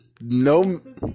no